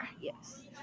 Yes